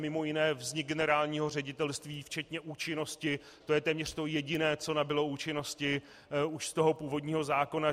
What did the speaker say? Mimo jiné vznik generálního ředitelství včetně účinnosti, to je téměř to jediné, co nabylo účinnosti už z toho původního zákona.